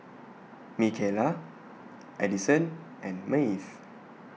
Mikayla Adison and Maeve